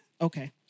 okay